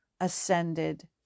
ascended